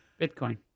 Bitcoin